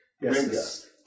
Yes